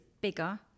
bigger